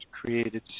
created